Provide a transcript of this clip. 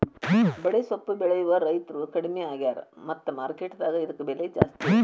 ಬಡೆಸ್ವಪ್ಪು ಬೆಳೆಯುವ ರೈತ್ರು ಕಡ್ಮಿ ಆಗ್ಯಾರ ಮತ್ತ ಮಾರ್ಕೆಟ್ ದಾಗ ಇದ್ಕ ಬೆಲೆ ಜಾಸ್ತಿ